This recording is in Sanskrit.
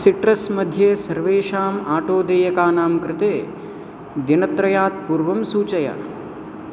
सिट्रस् मध्ये सर्वेषाम् ओटोदेयकानां कृते दिनत्रयात् पूर्वं सूचय